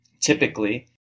typically